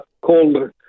called